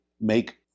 make